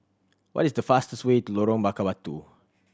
what is the fastest way to Lorong Bakar Batu